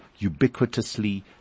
ubiquitously